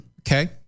Okay